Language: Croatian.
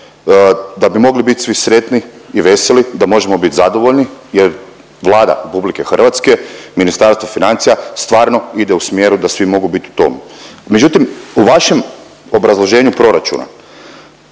da bi mogli biti svi sretni i veseli, da možemo biti zadovoljni jer Vlada Republike Hrvatske, Ministarstvo financija stvarno ide u smjeru da svi mogu biti u tomu. Međutim, u vašem obrazloženju proračuna